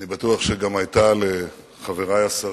אני בטוח שהיתה גם לחברי השרים,